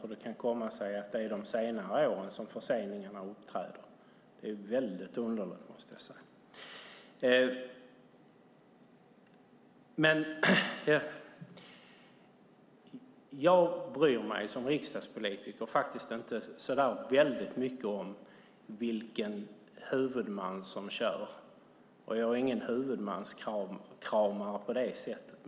Hur kan det då komma sig att det är under de senare åren som förseningarna har uppträtt? Det är underligt, måste jag säga. Jag bryr mig som riksdagspolitiker inte så mycket om vilken huvudman som kör. Jag är ingen huvudmanskramare på det sättet.